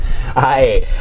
Hi